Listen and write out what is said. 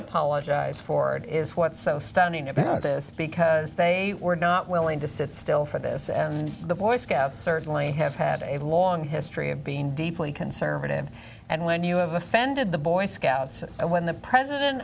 apologize for it is what's so stunning about this because they were not willing to sit still for this and the boy scouts certainly have had a long history of being deeply conservative and when you have offended the boy scouts and when the president